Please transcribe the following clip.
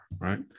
right